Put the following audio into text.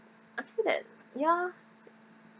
I feel that ya